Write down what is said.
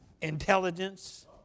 Intelligence